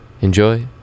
Enjoy